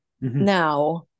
Now